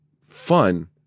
fun